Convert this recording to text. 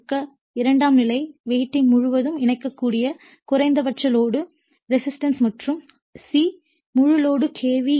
ஏ கொடுக்க இரண்டாம் நிலை வைண்டிங் முழுவதும் இணைக்கக்கூடிய குறைந்தபட்ச லோடு ரெசிஸ்டன்ஸ் மற்றும் c முழு லோடு கே